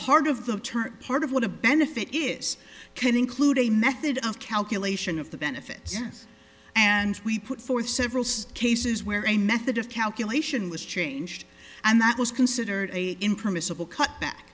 part of the term part of what a benefit is can include a method of calculation of the benefits yes and we put forth several such cases where a method of calculation was changed and that was considered a impermissible cutback